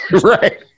Right